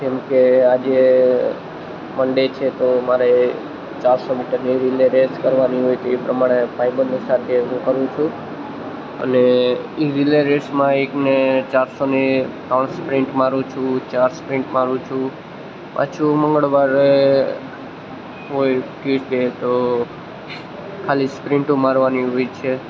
જેમકે આજે મન્ડે છે તો મારે ચારસો મીટરની રિલે રેસ કરવાની હોય તો એ પ્રમાણે ભાઈબંધો સાથે હું કરું છું અને એ રિલે રેસમાં એક ને ચારસોને ત્રણ સ્પ્રિન્ટ મારુ છું ચાર સ્પ્રિન્ટ મારુ છું પાછું મંગળવારે હોય ફ્રી ડે તો ખાલી સ્પ્રિન્ટુ મારવાની હોય છે